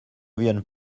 viennent